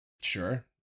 Sure